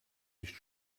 nicht